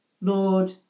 Lord